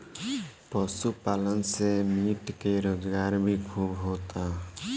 पशुपालन से मीट के रोजगार भी खूब होता